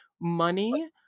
money